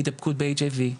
הידבקות ב-HIV,